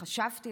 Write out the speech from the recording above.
חשבתי,